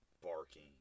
barking